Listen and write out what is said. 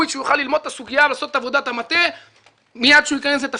שהוא יוכל ללמוד את הסוגיה ולעשות את עבודת המטה מיד עם כניסתו